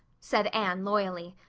said anne loyally.